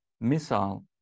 Missile